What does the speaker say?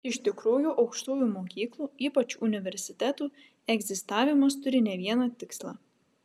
iš tikrųjų aukštųjų mokyklų ypač universitetų egzistavimas turi ne vieną tikslą